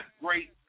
great